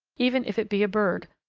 even if it be a bird,